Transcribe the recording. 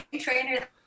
trainer